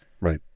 Right